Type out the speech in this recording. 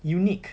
unique